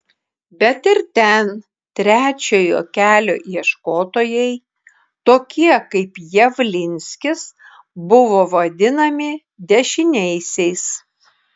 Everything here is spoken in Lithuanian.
bet ir ten trečiojo kelio ieškotojai tokie kaip javlinskis buvo vadinami dešiniaisiais